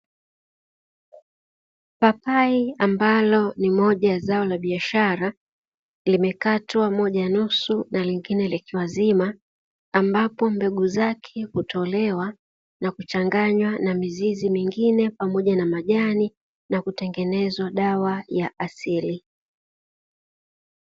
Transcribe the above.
Papai ambalo ni moja ya zao la biashara limekatwa moja nusu na lingine likiwa zima ambapo mbegu zake hutolewa na kuchanganywa na mizizi mingine pamoja na majani na kutengeenezwa dawa ya asili.